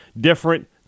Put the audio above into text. different